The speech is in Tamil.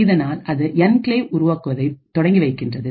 இதனால் அது என்கிளேவ் உருவாக்குவதை தொடங்கி வைக்கின்றது